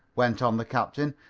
went on the captain,